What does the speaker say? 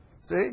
See